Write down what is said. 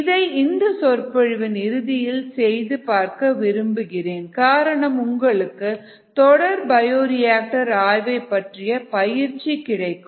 இதை இந்த சொற்பொழிவின் இறுதியில் செய்து பார்க்க விரும்புகிறேன் காரணம் உங்களுக்கு தொடர் பயோரியாக்டர் ஆய்வைப் பற்றி பயிற்சி கிடைக்கும்